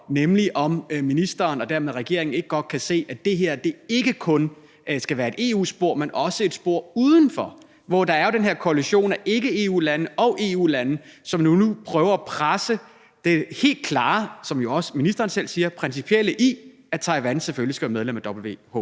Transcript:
nemlig om ministeren og dermed regeringen ikke godt kan se, at det her ikke kun skal være et EU-spor, men også et spor udenfor, hvor der jo er den her koalition af ikke-EU-lande og EU-lande, som nu prøver at presse det helt klare – som ministeren jo også selv siger – principielle i, at Taiwan selvfølgelig skal være medlem af WHA,